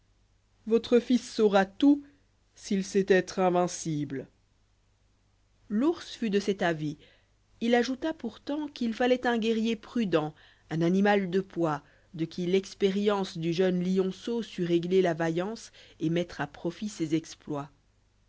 votre fils saura tout s'il sait être invincible l'purs fut de cet avis il ajouta pourtant qu'il fâllbit un guerrier prudent un animal de poids de qui l'expérience du jeune lionceau sût régler la vaillance et mettre à profit ses exploits